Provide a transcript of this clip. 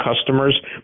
customers